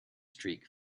streak